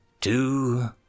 two